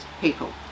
people